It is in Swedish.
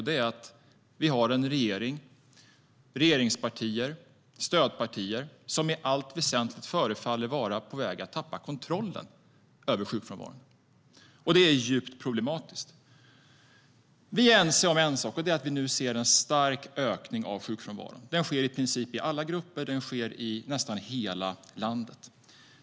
Det är att vi har en regering med regeringspartier och stödpartier som i allt väsentligt förefaller vara på väg att tappa kontrollen över sjukfrånvaron. Detta är djupt problematiskt. Vi är ense om en sak, och det är att vi nu ser en stark ökning av sjukfrånvaron. Den sker i princip i alla grupper och i nästan hela landet.